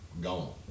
gone